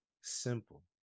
simple